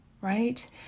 right